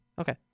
Okay